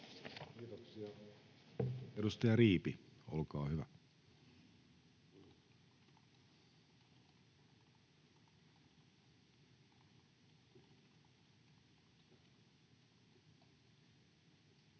Kiitoksia. — Edustaja Riipi, olkaa hyvä. [Speech